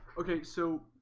okay, so